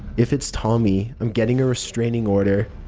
if it's tommy, i'm getting a restraining order.